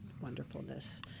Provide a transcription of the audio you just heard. wonderfulness